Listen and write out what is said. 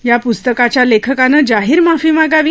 या पुस्तकाच्या लेखकानं जाहीर माफी मागावी